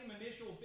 initial